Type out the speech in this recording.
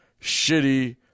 shitty